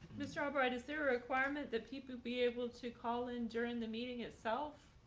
mr. albright, is there a requirement that people be able to call in during the meeting itself?